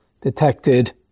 detected